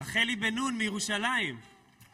רחלי בן נון מירושלים